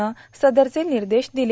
नं सदरचे निर्देश दिले